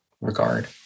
regard